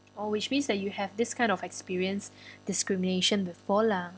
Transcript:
oh which means that you have this kind of experience discrimination before lah